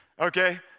okay